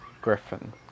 Griffin